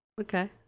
Okay